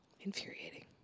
Infuriating